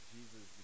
Jesus